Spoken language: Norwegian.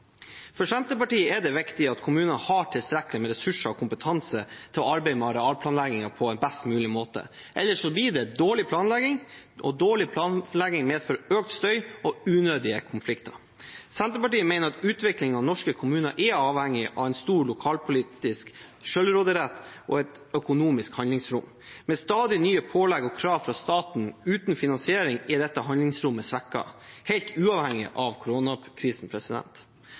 For Senterpartiet er det viktig at kommunene har tilstrekkelig med ressurser og kompetanse til å arbeide med arealplanleggingen på en best mulig måte, ellers blir det dårlig planlegging, og dårlig planlegging medfører økt støy og unødige konflikter. Senterpartiet mener at utvikling av norske kommuner er avhengig av en stor lokalpolitisk selvråderett og et økonomisk handlingsrom. Med stadig nye pålegg og krav fra staten uten finansiering er dette handlingsrommet svekket – helt uavhengig av